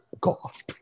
golf